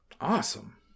Awesome